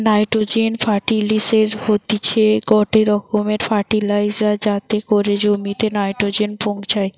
nitrogen ফার্টিলিসের হতিছে গটে রকমের ফার্টিলাইজার যাতে করি জমিতে নাইট্রোজেন পৌঁছায়